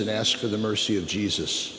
and ask for the mercy of jesus